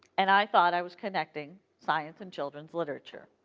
and i thought i was connecting science and children's literature.